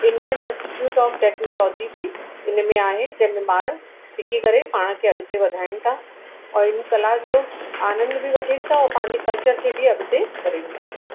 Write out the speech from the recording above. Indian institute of technology बि इन में आहे जंहिंमें ॿार सिखी करे पाण खे अॻिते वधाइनि था और इन कला जो आनंद बि वठनि था ऐं पंहिंजे कल्चर खे बि अॻिते करनि था पिया